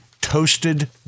Toasted